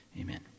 Amen